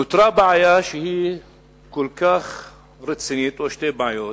נותרה בעיה שהיא כל כך רצינית, או שתי בעיות.